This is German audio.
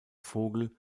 vogel